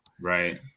Right